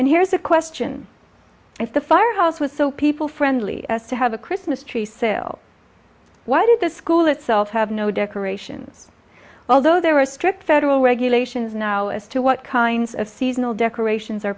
and here's a question if the firehouse was so people friendly as to have a christmas tree sale why did the school itself have no decorations although there are strict federal regulations now as to what kinds of seasonal decorations are